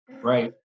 Right